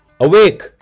awake